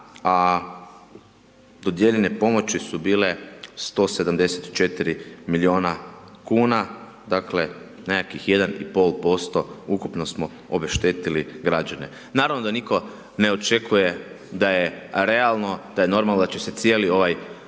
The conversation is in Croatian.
a dodijeljene pomoću su bile 174 milijuna kuna, dakle nekakvih 1,5% ukupno smo obeštetili građane. Naravno da nitko ne očekuje da je realno, da je normalno da će se cijeli ovaj